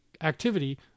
activity